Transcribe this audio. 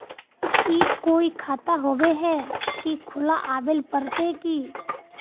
ई कोई खाता होबे है की खुला आबेल पड़ते की?